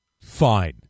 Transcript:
Fine